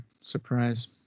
Surprise